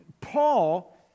Paul